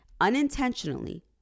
unintentionally